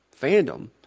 fandom